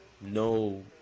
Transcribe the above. no